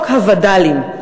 חוק הווד"לים.